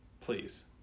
Please